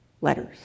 letters